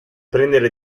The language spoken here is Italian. prendere